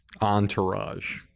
Entourage